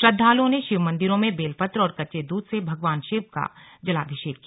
श्रद्दालुओं ने शिवमंदिरों में बेलपत्र और कच्चे दूध से भगवान शिव का अभिषेक किया